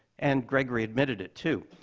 and gregory admitted it, too.